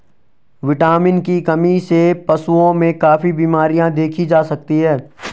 vitamin की कमी से पशुओं में काफी बिमरियाँ देखी जा सकती हैं